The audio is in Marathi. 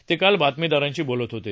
ते काल बातमीदारांशी बोलत होते